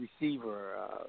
receiver